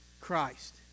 Christ